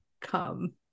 come